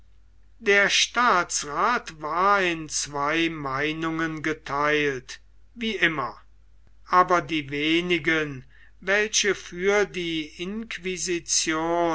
der staatsrath war in zwei meinungen getheilt wie immer aber die wenigen welche für die